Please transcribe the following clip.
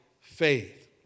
faith